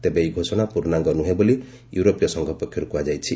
ତେବେ ଏହି ଘୋଷଣା ପୂର୍ଣ୍ଣାଙ୍ଗ ନୁହେଁ ବୋଲି ୟୁରୋପୀୟ ସଂଘ ପକ୍ଷରୁ କୁହାଯାଇଛି